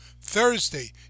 Thursday